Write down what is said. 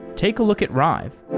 take a look at rive